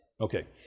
Okay